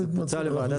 זה פוצל לוועדת המיזמים.